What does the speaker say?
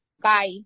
guy